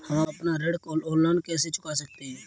हम अपना ऋण ऑनलाइन कैसे चुका सकते हैं?